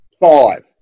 five